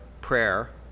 prayer